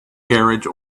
carriage